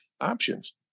options